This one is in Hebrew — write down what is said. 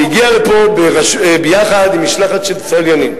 שהגיע לפה ביחד עם משלחת של צליינים.